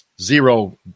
Zero